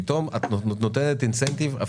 את נותנת אינסנטיב.